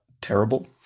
terrible